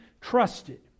trusted